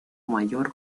mayor